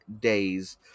days